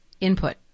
input